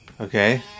Okay